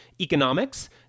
economics